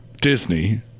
Disney